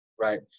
Right